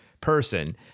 person